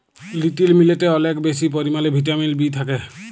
little মিলেটে অলেক বেশি পরিমালে ভিটামিল বি থ্যাকে